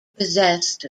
possessed